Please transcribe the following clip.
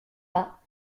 bas